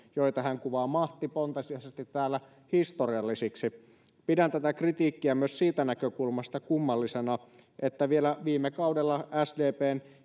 joita hän kuvaa mahtipontisesti täällä historiallisiksi pidän tätä kritiikkiä kummallisena myös siitä näkökulmasta että vielä viime kaudella sdpn